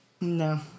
No